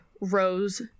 rose